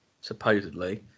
supposedly